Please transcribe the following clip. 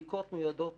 בדיקות מיועדות